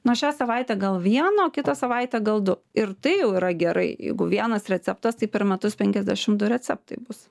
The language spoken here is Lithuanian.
na šią savaitę gal vieną kitą savaitę gal du ir tai jau yra gerai jeigu vienas receptas tai per metus penkiasdešimt du receptai bus